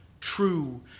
true